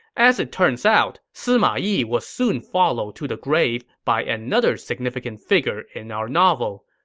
as it turns out, sima yi was soon followed to the grave by another significant figure in our novel.